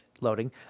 loading